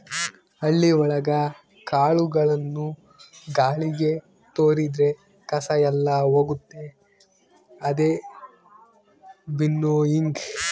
ಹಳ್ಳಿ ಒಳಗ ಕಾಳುಗಳನ್ನು ಗಾಳಿಗೆ ತೋರಿದ್ರೆ ಕಸ ಎಲ್ಲ ಹೋಗುತ್ತೆ ಅದೇ ವಿನ್ನೋಯಿಂಗ್